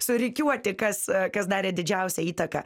surikiuoti kas kas darė didžiausią įtaką